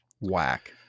whack